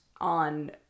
on